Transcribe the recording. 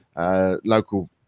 local